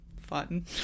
Fun